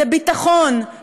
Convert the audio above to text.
זה ביטחון,